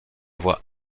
voix